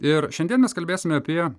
ir šiandien mes kalbėsime apie